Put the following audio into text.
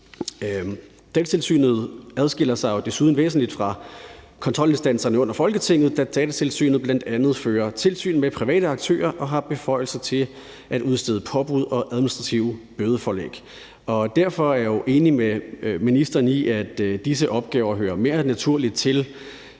Datatilsynet adskiller sig jo desuden også væsentligt fra kontrolinstanserne under Folketinget, da Datatilsynet bl.a. fører tilsyn med private aktører og har beføjelser til at udstede påbud og administrative bødeforelæg. Derfor er jeg også enig med ministeren i, at disse opgaver mere naturligt